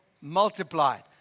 multiplied